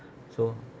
so